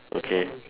okay